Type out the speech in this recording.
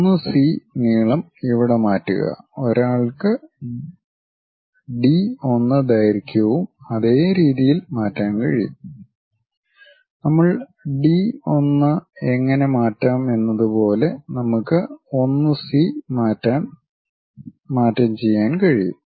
1 C നീളം ഇവിടെ മാറ്റുക ഒരാൾക്ക് ഡി 1 ദൈർഘ്യവും അതേ രീതിയിൽ മാറ്റാൻ കഴിയും നമ്മൾ ഡി 1 എങ്ങനെ മാറ്റാം എന്നത് പോലെ നമുക്ക് 1 സി മാറ്റം ചെയ്യാൻ കഴിയും